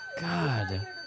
God